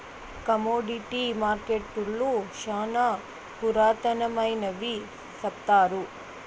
commodity మార్కెట్టులు శ్యానా పురాతనమైనవి సెప్తారు